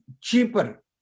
cheaper